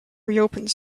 reopens